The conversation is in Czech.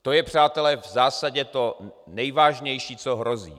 To je, přátelé, v zásadě to nejvážnější, co hrozí.